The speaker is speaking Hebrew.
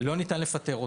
לא ניתן לפטר אותו.